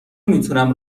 میتونم